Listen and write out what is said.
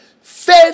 Faith